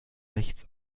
rechts